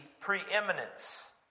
preeminence